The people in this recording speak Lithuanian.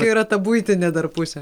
yra ta buitinė dar pusė